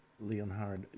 Leonhard